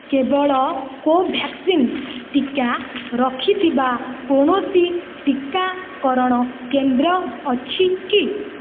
କେବଳ କୋଭ୍ୟାକ୍ସିନ୍ ଟିକା ରଖିଥିବା କୌଣସି ଟିକାକରଣ କେନ୍ଦ୍ର ଅଛି କି